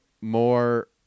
more